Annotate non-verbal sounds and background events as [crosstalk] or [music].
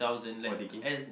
[noise] forty K